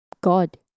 God